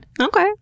Okay